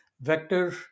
Vector